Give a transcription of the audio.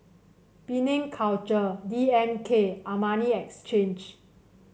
Penang Culture D M K Armani Exchange